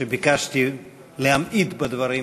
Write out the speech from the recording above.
ביקשתי להמעיט בדברים האלה.